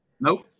nope